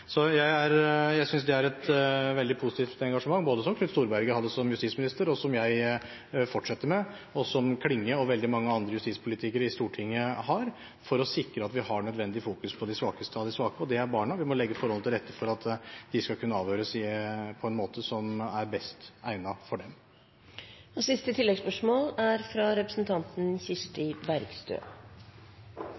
Jeg synes det er et veldig positivt engasjement som både Knut Storberget hadde som justisminister, og som jeg fortsetter med, og som Klinge og veldig mange andre justispolitikere i Stortinget har for å sikre at vi har nødvendig fokus på de svakeste av de svake, og det er barna. Vi må legge forholdene til rette for at de skal kunne avhøres på en måte som er best egnet for dem. Kirsti Bergstø – til oppfølgingsspørsmål. I dag er